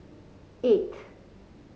eight